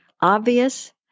obvious